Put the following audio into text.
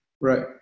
Right